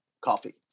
coffee